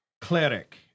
cleric